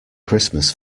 christmas